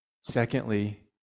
Secondly